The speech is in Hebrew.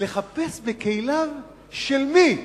לחפש בכליו של מי?